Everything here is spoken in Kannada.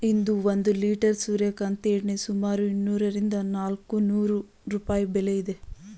ಇಂದು ಒಂದು ಲಿಟರ್ ಸೂರ್ಯಕಾಂತಿ ಎಣ್ಣೆ ಸುಮಾರು ಇನ್ನೂರರಿಂದ ನಾಲ್ಕುನೂರು ರೂಪಾಯಿ ಬೆಲೆ ಇದೆ